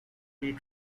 free